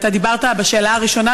אתה דיברת בשאלה הראשונה,